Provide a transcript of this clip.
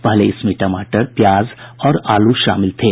पहले इसमें टमाटर प्याज और आलू शामिल थे